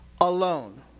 alone